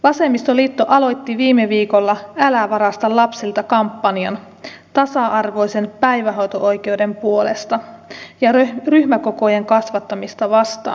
vasemmistoliitto aloitti viime viikolla älä varasta lapsilta kampanjan tasa arvoisen päivähoito oikeuden puolesta ja ryhmäkokojen kasvattamista vastaan